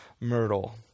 Myrtle